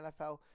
NFL